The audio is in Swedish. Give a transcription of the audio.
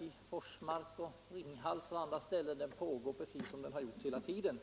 i Forsmark, Ringhals och på andra ställen pågår precis som de gjort hela tiden.